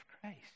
Christ